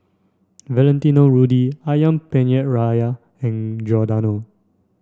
Valentino Rudy Ayam Penyet Ria and Giordano